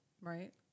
Right